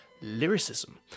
Lyricism